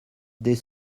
des